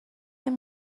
این